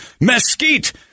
mesquite